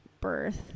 birth